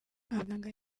abaganga